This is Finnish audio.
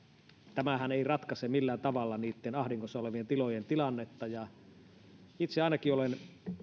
tämähän ei ratkaise millään tavalla niitten ahdingossa olevien tilojen tilannetta itse ainakin olen